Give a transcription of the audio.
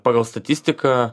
pagal statistiką